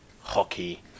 hockey